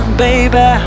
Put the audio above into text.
baby